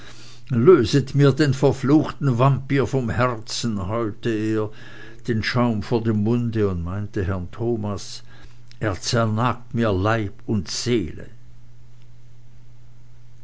löset mir den verruchten vampir vom herzen heulte er den schaum vor dem munde und meinte herrn thomas er zernagt mir leib und seele